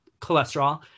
cholesterol